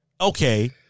okay